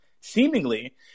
seemingly